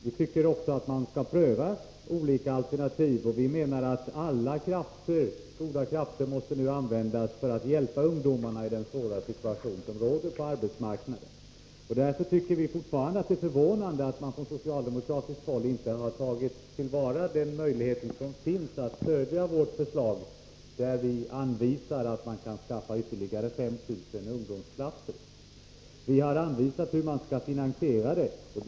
Vi tycker också att man skall pröva olika alternativ, och vi menar att alla goda krafter nu måste användas för att hjälpa ungdomarna i den svåra situation som råder på arbetsmarknaden. Därför tycker vi fortfarande att det är förvånande att man från socialdemokratiskt håll inte har tagit till vara den möjlighet som finns att stödja vårt förslag, där vi visar att man kan skaffa ytterligare 5 000 ungdomsplatser. Vi har anvisat hur man skall finansiera detta.